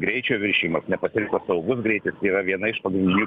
greičio viršijimas nepasirinktas saugus greitis tai yra viena iš pagrindinių